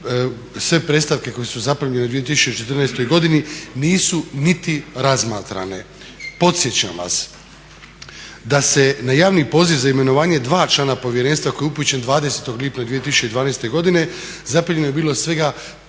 sve predstavke koje su zaprimljene u 2014. godini nisu niti razmatrane. Podsjećam vas da se na javni poziv za imenovanje dva člana Povjerenstva koji je upućen 20. lipnja 2012. godine zaprimljeno je bilo svega